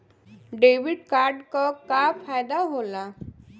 Debit card क का फायदा हो ला?